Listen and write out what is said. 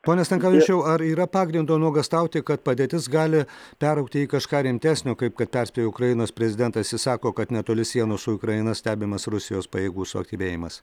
pone stankovičiau ar yra pagrindo nuogąstauti kad padėtis gali peraugti į kažką rimtesnio kaip kad perspėjo ukrainos prezidentas jis sako kad netoli sienos su ukraina stebimas rusijos pajėgų suaktyvėjimas